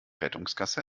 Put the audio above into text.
rettungsgasse